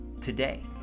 today